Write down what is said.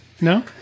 No